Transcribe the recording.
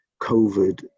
COVID